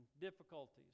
difficulties